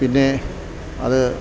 പിന്നെ അത്